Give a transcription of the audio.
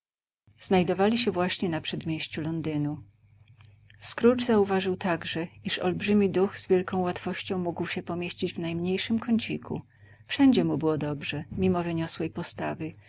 znajdowali się właśnie na przedmieściu londynu scrooge zauważył także iż olbrzymi duch z wielką łatwością mógł się pomieścić w najmniejszym kąciku wszędzie mu było dobrze mimo wyniosłej postawy